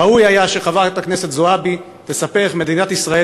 ראוי היה שחברת הכנסת זועבי תספר איך מדינת ישראל